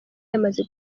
yamaze